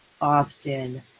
often